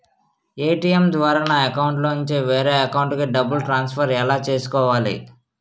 ATM ద్వారా నా అకౌంట్లోనుంచి వేరే అకౌంట్ కి డబ్బులు ట్రాన్సఫర్ ఎలా చేసుకోవాలి?